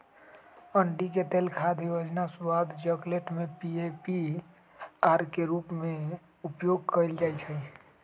अंडिके तेल खाद्य योजक, स्वाद, चकलेट में पीजीपीआर के रूप में उपयोग कएल जाइछइ